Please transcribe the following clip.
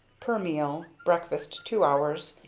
per meal breakfast two hours,